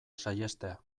saihestea